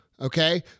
okay